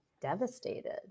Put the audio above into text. devastated